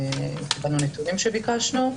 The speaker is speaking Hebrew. קיבלנו נתונים שביקשנו.